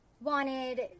wanted